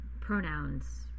pronouns